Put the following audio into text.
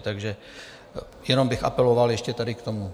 Takže jenom bych apeloval ještě tady k tomu.